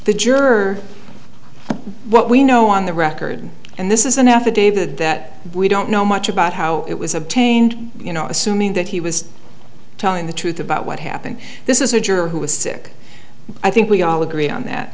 the juror what we know on the record and this is an affidavit that we don't know much about how it was obtained you know assuming that he was telling the truth about what happened this is a juror who was sick i think we all agree on that